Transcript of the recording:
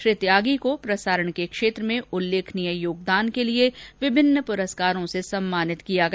श्री त्यागी को प्रसारण के क्षेत्र में उल्लेखनीय योगदान के लिए विभिन्न पुरस्कारों से सम्मानित किया गया